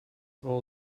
all